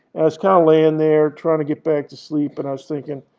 i was kind of laying there, trying to get back to sleep. and i was thinking,